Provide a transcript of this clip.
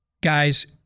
guys